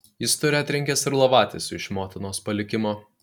jis turi atrinkęs ir lovatiesių iš motinos palikimo